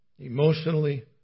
Emotionally